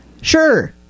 Sure